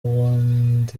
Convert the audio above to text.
ubundi